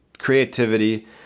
creativity